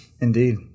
Indeed